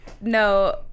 No